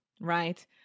right